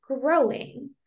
growing